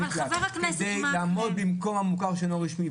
חבר הכנסת מקלב ------ כדי לעמוד במקום המוכר שאינו רשמי,